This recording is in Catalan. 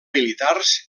militars